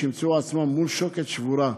שימצאו עצמם מול שוקת שבורה.